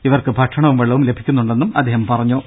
ഇവർക്ക് ഭക്ഷണവും വെള്ളവും ലഭിക്കുന്നുണ്ടെന്നും അദ്ദേഹം പറഞ്ഞു